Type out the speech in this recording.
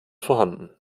vorhanden